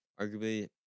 arguably